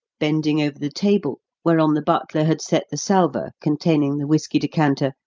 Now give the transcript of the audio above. bending over the table whereon the butler had set the salver containing the whiskey decanter,